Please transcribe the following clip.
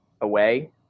away